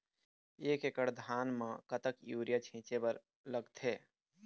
एक एकड़ धान म कतका यूरिया छींचे बर लगथे?